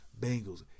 Bengals